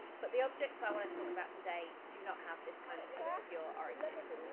but the objects i want to talk about today do not have this kind of obscure origin.